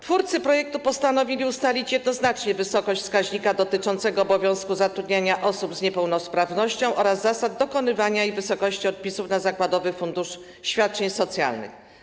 Twórcy projektu postanowili ustalić jednoznacznie wysokość wskaźnika dotyczącego obowiązku zatrudniania osób z niepełnosprawnością oraz zasady dokonywania i wysokość odpisów na zakładowy fundusz świadczeń socjalnych.